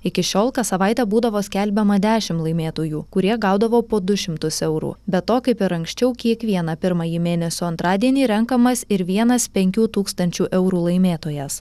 iki šiol kas savaitę būdavo skelbiama dešimt laimėtojų kurie gaudavo po du šimtus eurų be to kaip ir anksčiau kiekvieną pirmąjį mėnesio antradienį renkamas ir vienas penkių tūkstančių eurų laimėtojas